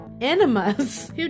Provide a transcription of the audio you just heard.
enemas